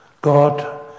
God